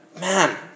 man